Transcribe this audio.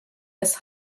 des